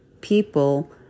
people